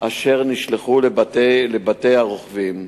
ונשלחו לבתי הרוכבים.